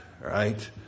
right